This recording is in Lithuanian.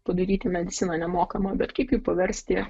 padaryti mediciną nemokamą bet kaip jį paversti